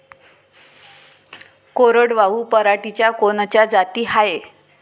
कोरडवाहू पराटीच्या कोनच्या जाती हाये?